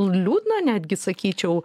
liūdna netgi sakyčiau